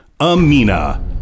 Amina